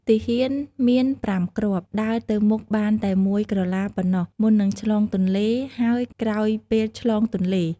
ទាហាន មានប្រាំគ្រាប់ ដើរទៅមុខបានតែមួយក្រឡាប៉ុណ្ណោះ មុននឹងឆ្លងទន្លេ ហើយក្រោយពេលឆ្លងទន្លេ។